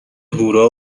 هورا